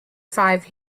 five